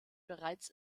bereits